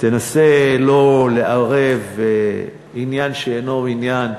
תנסה לא לערב עניין בשאינו עניין,